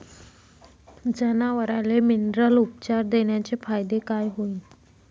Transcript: जनावराले मिनरल उपचार देण्याचे फायदे काय होतीन?